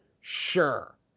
sure